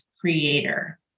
creator